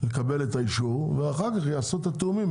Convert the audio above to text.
לקבל את האישור, ואחר כך יעשו את התיאומים.